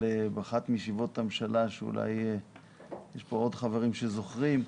אבל באחת מישיבות הממשלה שאולי יש כאן עוד חברים שזוכרים,